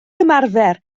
ymarfer